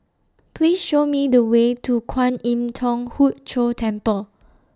Please Show Me The Way to Kwan Im Thong Hood Cho Temple